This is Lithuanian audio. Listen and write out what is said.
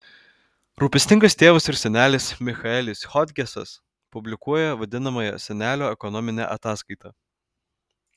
rūpestingas tėvas ir senelis michaelis hodgesas publikuoja vadinamąją senelio ekonominę ataskaitą